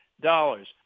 dollars